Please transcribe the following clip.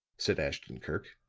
said ashton-kirk,